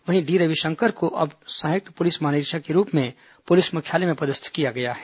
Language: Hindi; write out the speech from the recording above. वहीं डी रविशंकर को अब सहायक पुलिस महानिरीक्षक के रूप में पुलिस मुख्यालय में पदस्थ किया गया है